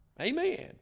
Amen